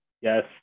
Yes